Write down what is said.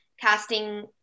casting